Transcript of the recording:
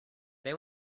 they